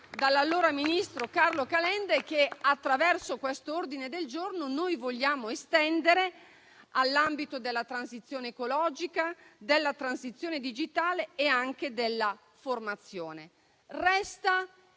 dall'allora ministro Carlo Calenda e che, attraverso quest'ordine del giorno, vogliamo estendere all'ambito della transizione ecologica, della transizione digitale e della formazione. Resta